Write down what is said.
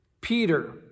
Peter